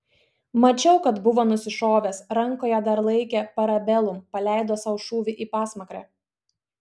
mačiau kad buvo nusišovęs rankoje dar laikė parabellum paleido sau šūvį į pasmakrę